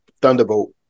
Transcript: Thunderbolt